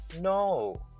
No